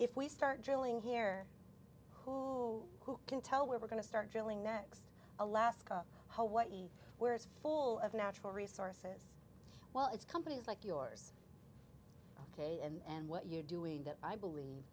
if we start drilling here who can tell where we're going to start drilling next alaska hawaii where it's full of natural resources well it's companies like yours ok and what you're doing that i believe